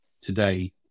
today